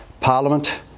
Parliament